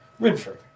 Rinford